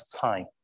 time